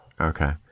Okay